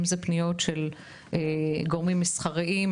אם אלו פניות של גורמים מסחריים,